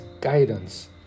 guidance